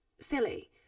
silly